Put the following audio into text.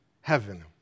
heaven